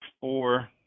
Four